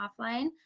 offline